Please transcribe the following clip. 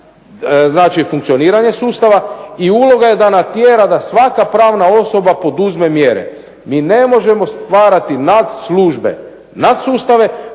znači funkcioniranja sustava i uloga je da natjera da svaka pravna osoba poduzme mjere. I ne možemo stvarati nadslužbe, nadsustave